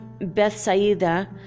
Bethsaida